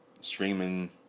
streaming